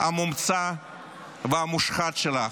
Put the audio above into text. המומצא והמושחת שלך.